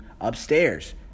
upstairs